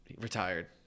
Retired